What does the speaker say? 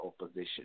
opposition